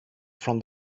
from